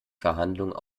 verhandlungen